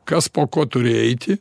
kas po ko turi eiti